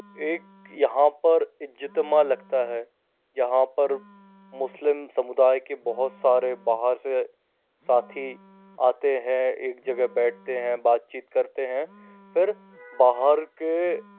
एक यहाँ पर इज़्ज़तमा लगता है जहाँ पर मुस्लिम समुदाय के बहुत सारे बाहर से साथी आते हैं एक जगह बैठते हैं बातचीत करते हैं फिर बाहर के